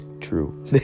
true